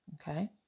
Okay